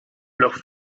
leur